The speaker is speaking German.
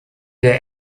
der